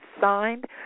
signed